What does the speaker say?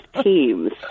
teams